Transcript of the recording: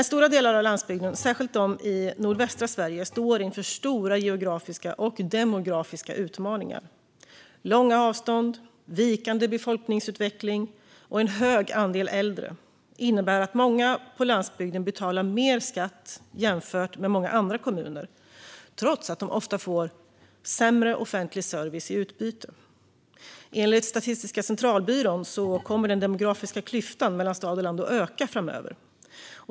Stora delar av landsbygden, särskilt i nordvästra Sverige, står dock inför stora geografiska och demografiska utmaningar. Stora avstånd, vikande befolkningsutveckling och en hög andel äldre innebär att många på landsbygden betalar mer i skatt jämfört med i många andra kommuner, trots att de ofta får sämre offentlig service i utbyte. Enligt Statistiska centralbyrån kommer den demografiska klyftan mellan stad och land att öka framöver.